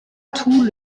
tout